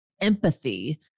empathy